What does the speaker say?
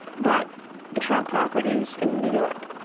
but the trump properties in new york,